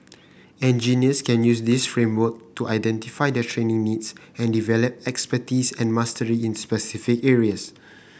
engineers can use this framework to identify their training needs and develop expertise and mastery in specific areas